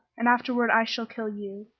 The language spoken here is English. and afterward i shall kill you.